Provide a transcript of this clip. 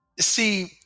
see